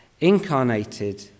incarnated